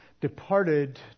departed